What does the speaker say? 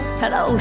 hello